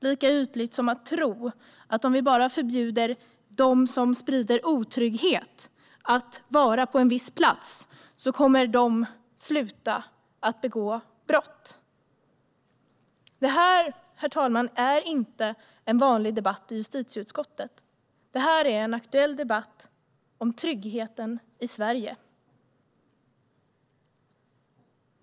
Det är lika ytligt som att tro att om vi bara förbjuder dem som sprider otrygghet att vistas på en viss plats kommer de att sluta att begå brott. Det här är inte en vanlig debatt i justitieutskottet. Det här är en aktuell debatt om tryggheten i Sverige.